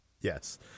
yes